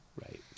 Right